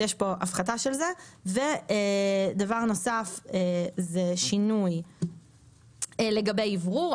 שינוי נוסף הוא לגבי אוורור,